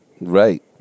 right